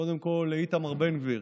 קודם כול, לאיתמר בן גביר,